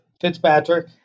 Fitzpatrick